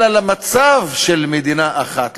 אלא למצב של מדינה אחת.